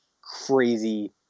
crazy